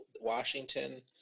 Washington –